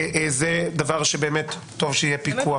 זה דבר שבאמת טוב שיהיה עליו פיקוח.